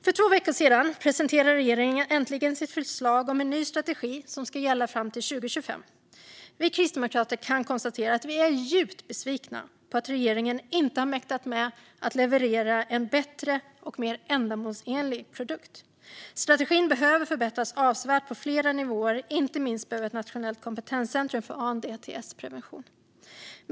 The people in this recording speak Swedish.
För två veckor sedan presenterade regeringen äntligen sitt förslag om en ny strategi som ska gälla fram till 2025. Vi kristdemokrater konstaterar att vi är djupt besvikna på att regeringen inte har mäktat med att leverera en bättre och mer ändamålsenlig produkt. Strategin behöver förbättras avsevärt på flera nivåer. Inte minst behövs ett nationellt kompetenscentrum för ANDTS-prevention.